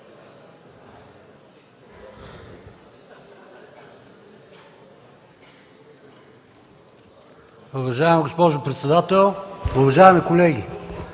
Уважаема госпожо председател, уважаеми народни